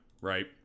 right